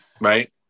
Right